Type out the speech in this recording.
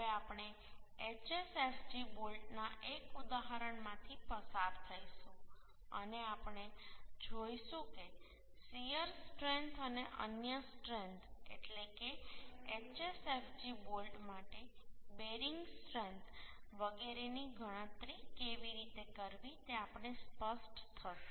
હવે આપણે HSFG બોલ્ટના એક ઉદાહરણમાંથી પસાર થઈશું અને આપણે જોઈશું કે શીયર સ્ટ્રેન્થ અને અન્ય સ્ટ્રેન્થ એટલે કે HSFG બોલ્ટ માટે બેરિંગ સ્ટ્રેન્થ વગેરેની ગણતરી કેવી રીતે કરવી તે આપણને સ્પષ્ટ થશે